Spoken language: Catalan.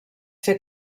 fer